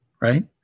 Right